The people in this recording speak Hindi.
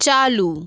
चालू